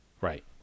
Right